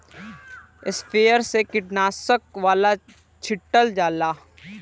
sprayer से कीटनाशक वाला छीटल जाला